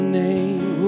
name